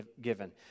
given